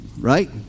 right